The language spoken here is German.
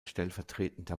stellvertretender